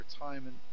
retirement